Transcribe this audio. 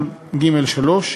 4(ג)(3)